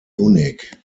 munich